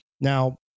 Now